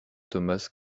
thomas